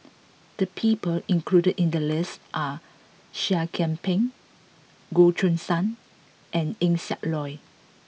the people included in the list are Seah Kian Peng Goh Choo San and Eng Siak Loy